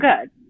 good